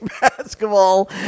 basketball